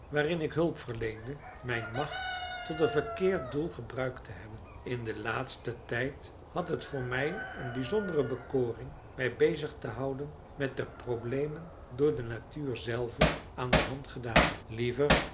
waarin ik hulp verleende mijn macht tot een verkeerd doel gebruikt te hebben in den laatsten tijd had het voor mij een bijzondere bekoring mij bezig te houden met de problemen door de natuur zelve aan de hand gedaan liever